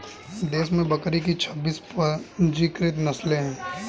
देश में बकरी की छब्बीस पंजीकृत नस्लें हैं